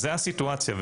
זה הסיטואציה.